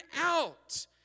out